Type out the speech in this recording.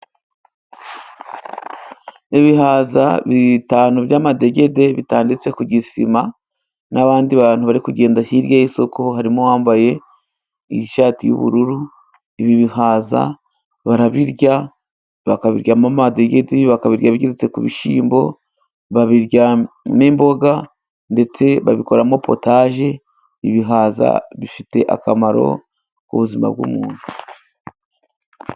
Ibihaza bitanu by'amadegede bitanditse ku gisima, n'abandi bantu bari kugenda hirya y'isoko harimo uwambaye ishati y'ubururu. Ibi bihaza barabirya bakabiryamo amadegedi, bakabirya bigeretse ku bishyimbo, babiryamo imboga, ndetse babikoramo potaje. Ibihaza bifite akamaro ku buzima bw'umuntu.